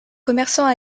commerçants